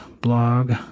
blog